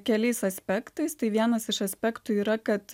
keliais aspektais tai vienas iš aspektų yra kad